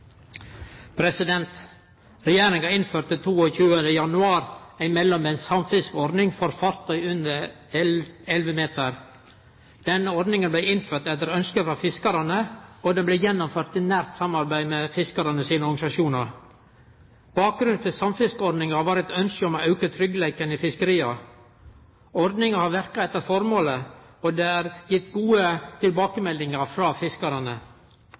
Høyre. Regjeringa innførte 22. februar ei mellombels samfiskeordning for fartøy under 11 meter. Denne ordninga blei innført etter ønske frå fiskarane, og ho blei gjennomført i nært samarbeid med fiskarane sine organisasjonar. Bakgrunnen for samfiskeordninga var eit ønske om å auke tryggleiken i fiskeria. Ordninga har verka etter formålet, og det er gitt gode tilbakemeldingar frå fiskarane.